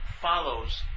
follows